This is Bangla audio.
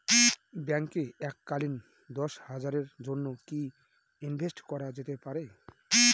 ব্যাঙ্কে এককালীন দশ বছরের জন্য কি ইনভেস্ট করা যেতে পারে?